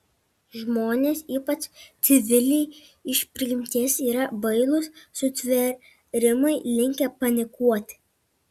žmonės ypač civiliai iš prigimties yra bailūs sutvėrimai linkę panikuoti